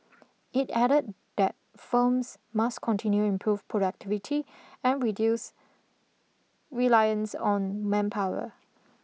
it added that firms must continue improve productivity and reduce reliance on manpower